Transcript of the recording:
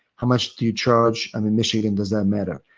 how much do you charge? i'm in michigan. does that matter?